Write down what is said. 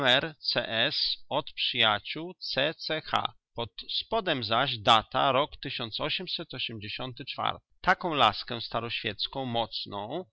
od przyjaciół c c h pod spodem zaś data rok taką laskę staroświecką mocną